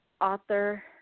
author